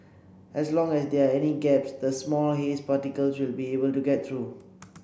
as long as there are any gaps the small haze particles will be able to get through